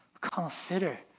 consider